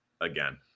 again